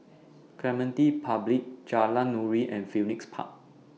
Clementi Public Jalan Nuri and Phoenix Park